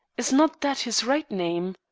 is not that his right name?